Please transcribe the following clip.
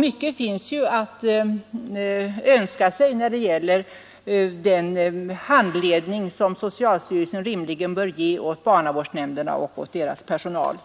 Mycket finns att önska när det gäller den handledning som socialstyrelsen rimligen bör ge åt barnavårdsnämnderna och deras personal.